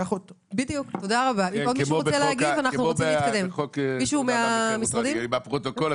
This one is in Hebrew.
אתה יודע מה אני עושה מהפרוטוקול,